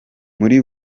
muri